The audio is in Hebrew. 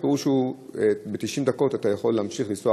הפירוש הוא שב-90 דקות אתה יכול להמשיך לנסוע